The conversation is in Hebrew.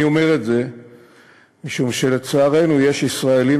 אני אומר את זה משום שלצערנו יש ישראלים